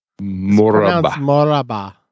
Moraba